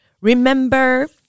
Remember